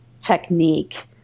technique